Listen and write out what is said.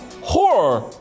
horror